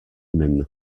même